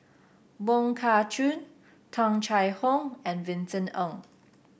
Wong Kah Chun Tung Chye Hong and Vincent Ng